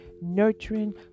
nurturing